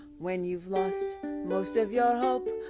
when you've lost most of your hope,